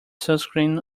sunscreen